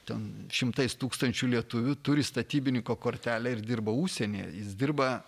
ten šimtais tūkstančių lietuvių turi statybininko kortelę ir dirba užsienyje jis dirba